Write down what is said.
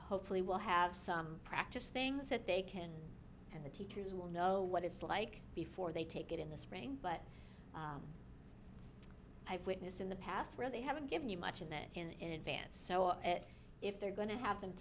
hopefully we'll have some practice things that they can and the teachers will know what it's like before they take it in the spring but i've witnessed in the past where they haven't given you much of that in advance so if they're going to ha